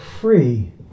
free